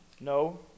No